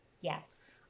Yes